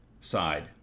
side